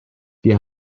wir